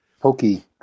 Pokey